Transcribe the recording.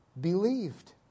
believed